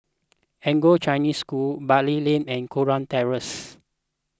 Anglo Chinese School Bali Lane and Kurau Terrace